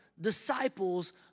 disciples